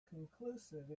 conclusive